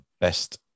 best